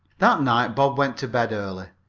that night bob went to bed early.